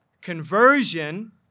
conversion